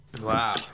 Wow